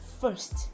first